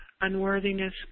unworthiness